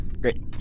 Great